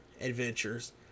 adventures